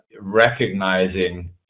recognizing